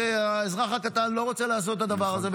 האזרח הקטן לא רוצה לעשות את הדבר הזה.